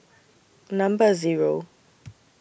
Number Zero